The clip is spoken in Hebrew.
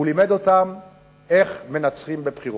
איך מנצחים בבחירות.